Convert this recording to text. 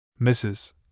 Mrs